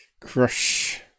crush